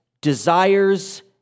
desires